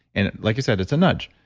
and like you said, it's a nudge.